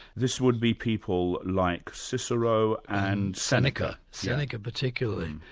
this would be people like cicero and seneca? seneca particularly.